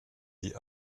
die